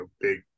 big